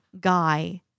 guy